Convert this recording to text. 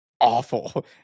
awful